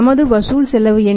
நமது வசூல் செலவு என்ன